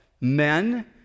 Men